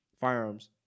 Firearms